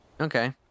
Okay